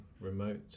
remote